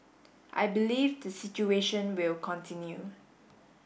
I believe the situation will continue